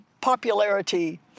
popularity